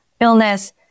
illness